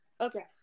okay